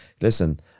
Listen